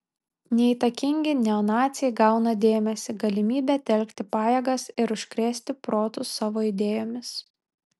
neįtakingi neonaciai gauna dėmesį galimybę telkti pajėgas ir užkrėsti protus savo idėjomis